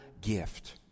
gift